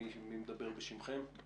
מי מדבר בשמכם?